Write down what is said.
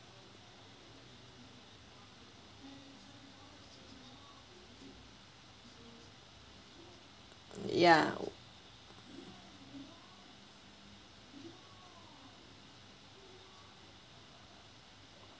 ya